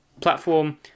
platform